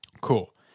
Cool